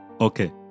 Okay